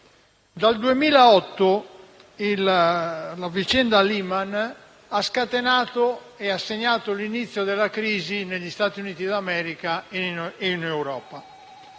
Dal 2008 la vicenda Lehman Brothers ha scatenato e segnato l'inizio della crisi negli Stati Uniti d'America e in Europa.